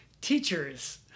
teachers